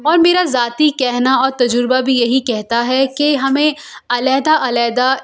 اور میرا ذاتی کہنا اور تجربہ بھی یہی کہتا ہے کہ ہمیں علیحدہ علیحدہ